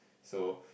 so